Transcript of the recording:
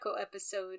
episode